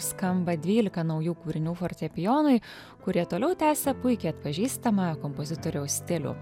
skamba dvylika naujų kūrinių fortepijonui kurie toliau tęsia puikiai atpažįstamą kompozitoriaus stilių